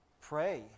pray